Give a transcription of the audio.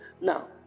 Now